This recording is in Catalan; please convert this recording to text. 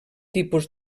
tipus